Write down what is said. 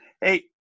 hey